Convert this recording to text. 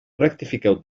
rectifiqueu